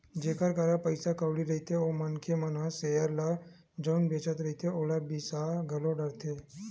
जेखर करा पइसा कउड़ी रहिथे ओ मनखे मन ह सेयर ल जउन बेंचत रहिथे ओला बिसा घलो डरथे